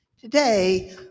Today